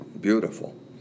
beautiful